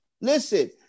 Listen